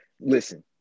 Listen